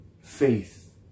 faith